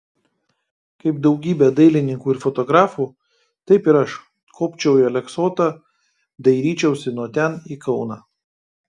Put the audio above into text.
kaip daugybė dailininkų ir fotografų taip ir aš kopčiau į aleksotą dairyčiausi nuo ten į kauną